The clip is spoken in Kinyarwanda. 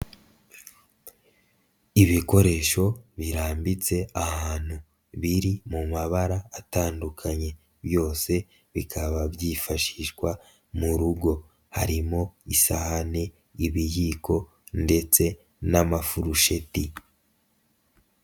Ibikoresho birambitse ahantu biri mu mabara atandukanye byose bikaba byifashishwa mu rugo, harimo isahane ibiyiko ndetse n'amafurusheti.